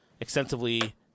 extensively